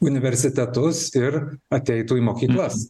universitetus ir ateitų į mokyklas